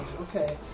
Okay